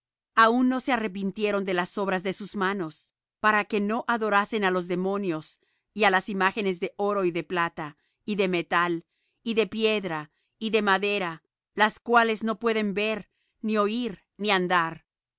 aun no se arrepintieron de las obras de sus manos para que no adorasen á los demonios y á las imágenes de oro y de plata y de metal y de piedra y de madera las cuales no pueden ver ni oir ni andar